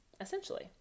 essentially